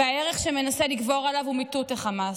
הערך שמנסה לגבור עליו הוא מיטוט החמאס.